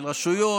של רשויות,